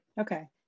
Okay